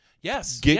yes